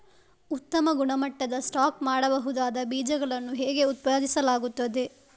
ಉತ್ತಮ ಗುಣಮಟ್ಟದ ಸ್ಟಾಕ್ ಮಾಡಬಹುದಾದ ಬೀಜಗಳನ್ನು ಹೇಗೆ ಉತ್ಪಾದಿಸಲಾಗುತ್ತದೆ